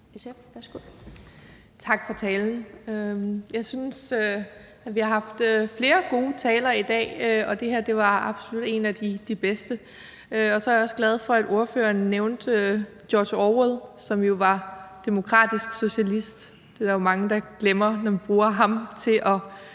Tak for talen. Jeg synes, at der har været flere gode taler i dag, og det her var absolut en af de bedste. Så er jeg også glad for, at ordføreren nævnte George Orwell, som jo var demokratisk socialist. Det er der jo mange der glemmer, når man bruger ham til –